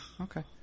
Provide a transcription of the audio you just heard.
okay